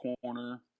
corner